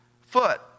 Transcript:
foot